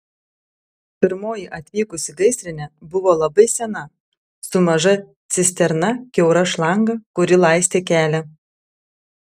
pirmoji atvykusi gaisrinė buvo labai sena su maža cisterna kiaura šlanga kuri laistė kelią